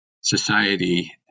society